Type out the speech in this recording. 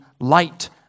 light